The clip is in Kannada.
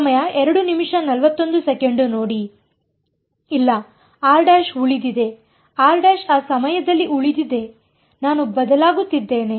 ಇಲ್ಲ ಉಳಿದಿದೆ ಆ ಸಮಯದಲ್ಲಿ ಉಳಿದಿದೆ ನಾನು ಬದಲಾಗುತ್ತಿದ್ದೇನೆ